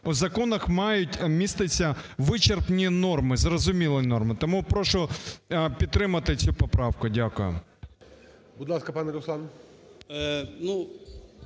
у законах мають міститися вичерпні норми, зрозумілі норми. Тому прошу підтримати цю поправку. Дякую. ГОЛОВУЮЧИЙ. Будь ласка, пане Руслане.